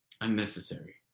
unnecessary